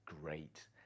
great